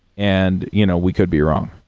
and you know we could be wrong.